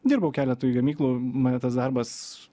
dirbau keletui gamyklų mane tas darbas